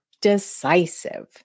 decisive